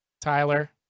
Tyler